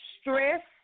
stress